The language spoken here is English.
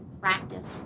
practice